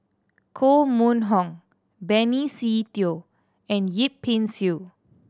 Koh Mun Hong Benny Se Teo and Yip Pin Xiu